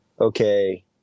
okay